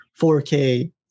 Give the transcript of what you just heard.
4K